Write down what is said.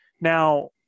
now